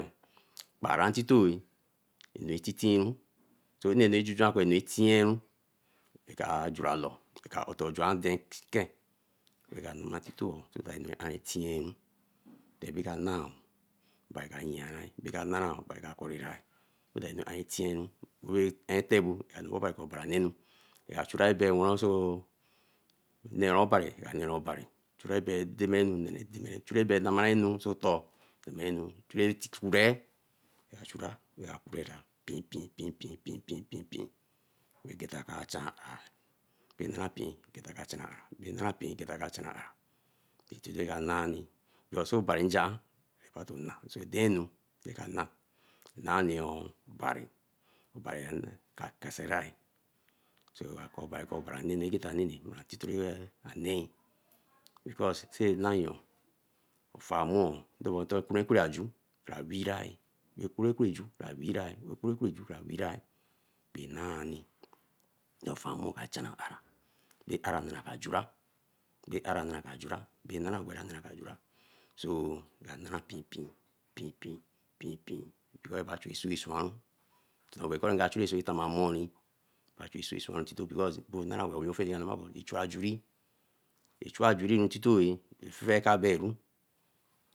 Kparan ntito eh, anu ratintinru, anu ra tinru oka are jura oloo. Ton juen ken oka nama ntito re aru tianu debicana obari ka yiara aka nara obari ka korira. Atinu atebo ako obari wa menu ochuri bi wenroso, nero obari nka nee obari ebe deree anu, chure bey nameru sey otor, chure ra ka pien pien pien pien ra egeta ka chan are, bey nara pien ageta ka chan are, bey nara pien ageta ka channa are, bay anu ra kra na eni, because so obari njean ra ba to na. Obari kakaseri, ako obari ako obari anenu ra geta nini ntito anie because tenayo ofar mmu oo kuro kwenrekwere aju weerai, kwenkwe nju bra weehrah bi nani. Ofan mu a channa ara, bay ara nara ba jura, bay ara nara bay jura, e nara wey ka jura, so nka nara pien pien pien pien pien pien mba to chu esua na. Kori ka chu esua tama a mor, nga chu esua swan ntito ofiegine see chu ajuri, nchua ajuri ntito oo.